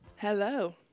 Hello